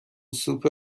سوپ